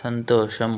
సంతోషం